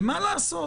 מה לעשות,